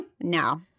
No